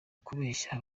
kubeshya